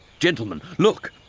gentlemen, look,